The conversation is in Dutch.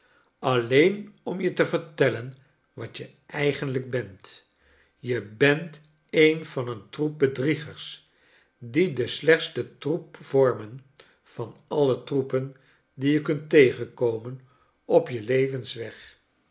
alleen om je te vertellen wat je eigenlijk bent je bent een van een troep bedriegers die den slechsten troep vormen van alle troepen die je kunt tegenkomen op je levensweg